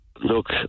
Look